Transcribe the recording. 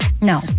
No